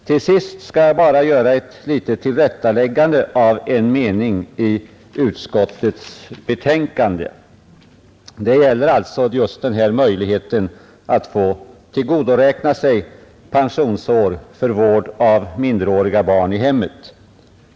Till sist skall jag bara göra ett tillrättaläggande av en mening i utskottets betänkande. Det gäller just denna möjlighet att tillgodoräkna sig pensionsår för vård av minderåriga barn i hemmet.